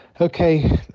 Okay